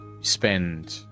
Spend